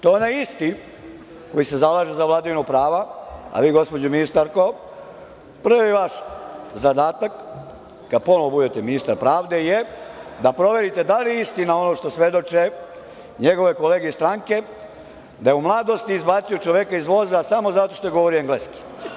To onaj isti koji se zalaže za vladavinu prava, a vi gospođo ministarko, prvi vaš zadatak, kad ponovo budete ministar pravde je da proverite da li je istina ono što svedoče njegove kolege iz stranke da je u mladosti izbacio čoveka iz voza samo zato što je govorio engleski.